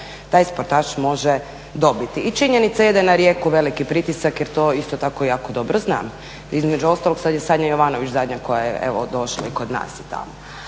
taj sportaš može dobiti. I činjenica je da je na Rijeku veliki pritisak jer to isto tako jako dobro znam. Između ostalog sad je Sanja Jovanović zadnja koja je evo došla kod nas.